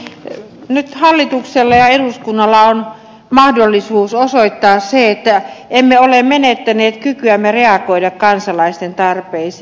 nyt hallituksella ja eduskunnalla on mahdollisuus osoittaa se että emme ole menettäneet kykyämme reagoida kansalaisten tarpeisiin